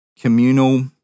communal